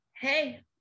hey